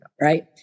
Right